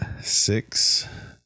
six